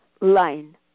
line